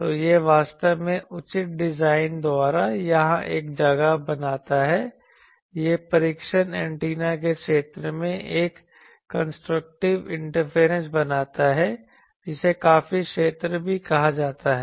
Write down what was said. तो यह वास्तव में उचित डिजाइन द्वारा यहां एक जगह बनाता है यह परीक्षण एंटीना के क्षेत्र में एक कंस्ट्रक्टिव इंटरफेरेंस बनाता है जिसे काफी क्षेत्र भी कहा जाता है